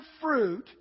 fruit